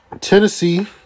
Tennessee